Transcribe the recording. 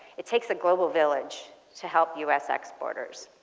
it takes a global village to help u s. exporters.